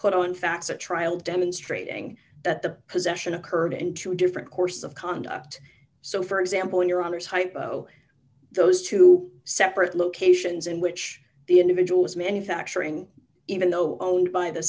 put on facts at trial demonstrating that the possession occurred and to a different course of conduct so for example in your honour's hypo those two separate locations in which the individual was manufacturing even though owned by the